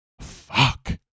fuck